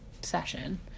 session